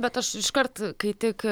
bet aš iškart kai tik